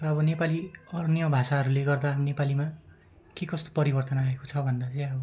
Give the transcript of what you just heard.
अब नेपाली अन्य भाषाहरूले गर्दा नेपालीमा के कस्तो परिवर्तन आएको छ भन्दा चाहिँ अब